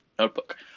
notebook